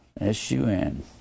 S-U-N